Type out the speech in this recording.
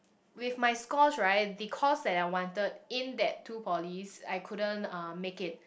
with my scores right the course that I wanted in that two polys I couldn't uh make it